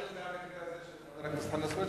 להבדיל מהמקרה הזה של חבר הכנסת חנא סוייד,